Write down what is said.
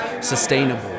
sustainable